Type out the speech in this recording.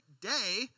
day